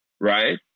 right